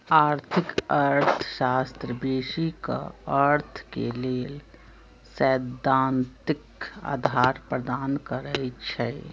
आर्थिक अर्थशास्त्र बेशी क अर्थ के लेल सैद्धांतिक अधार प्रदान करई छै